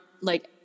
like-